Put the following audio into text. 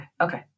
okay